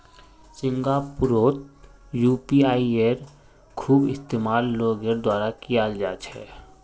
सिंगापुरतो यूपीआईयेर खूब इस्तेमाल लोगेर द्वारा कियाल जा छे